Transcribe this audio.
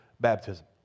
baptism